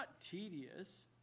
tedious